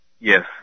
Yes